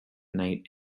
nite